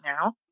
now